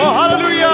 hallelujah